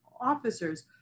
officers